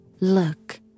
Look